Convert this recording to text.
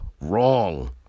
wrong